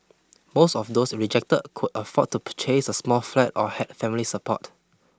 most of those rejected could afford to purchase a small flat or had family support